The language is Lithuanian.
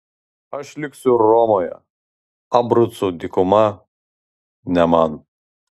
aš liksiu romoje abrucų dykuma ne man